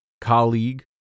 colleague